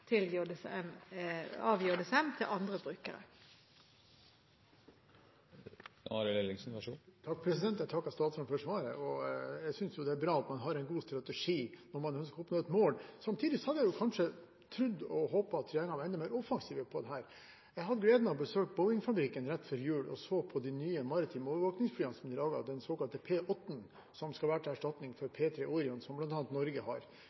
til andre brukere. Jeg takker statsråden for svaret. Jeg synes det er bra at man har en god strategi når man ønsker å oppnå et mål. Samtidig hadde jeg kanskje trodd og håpet at regjeringen var enda mer offensive på dette. Jeg hadde gleden av å besøke Boeing-fabrikken rett før jul og så på de nye maritime overvåkningsflyene som de lager, den såkalte P-8-en, som skal være til erstatning for P-3 Orion, som bl.a. Norge har.